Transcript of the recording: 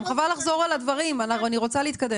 חבל לחזור על הדברים, אני רוצה להתקדם.